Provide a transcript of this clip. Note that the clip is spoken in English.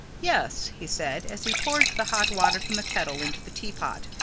yes, he said, as he poured the hot water from the kettle into the tea-pot,